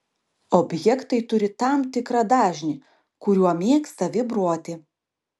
objektai turi tam tikrą dažnį kuriuo mėgsta vibruoti